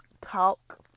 talk